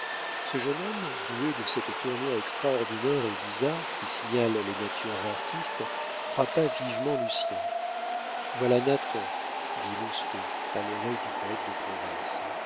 ce jeune homme doué de cette tournure extraordinaire et bizarre qui signale les natures artistes frappa vivement lucien voilà nathan dit lousteau à l'oreille du poète de province